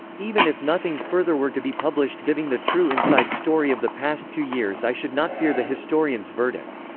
even if nothing further were to be published giving the true inside story of the past two years i should not fear the historian's historian's verdict.